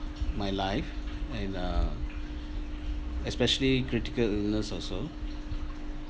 my life and uh especially critical illness also